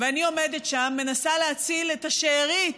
ואני עומדת שם, מנסה להציל שארית